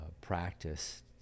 practice